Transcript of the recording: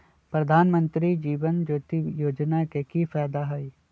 प्रधानमंत्री जीवन ज्योति योजना के की फायदा हई?